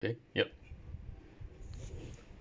then yup